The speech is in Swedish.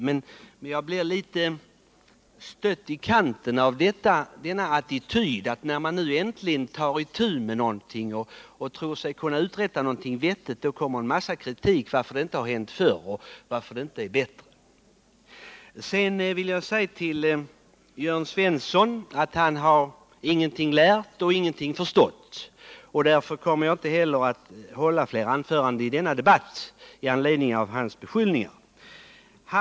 Men jag blev litet stött i kanten av attityden därför att när man nu äntligen tar itu med någonting och tror sig kunna uträtta någonting vettigt, får man bara höra en massa kritik för att detta inte har hänt förr och för att det inte är bättre. Sedan vill jag säga till Jörn Svensson att han ingenting har lärt och ingenting har förstått. Därför kommer jag inte heller att hålla fler anföranden i denna debatt i anledning av hans beskyllningar.